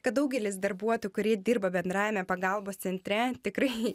kad daugelis darbuotojų kurie dirba bendrajame pagalbos centre tikrai